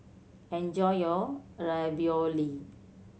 enjoy your Ravioli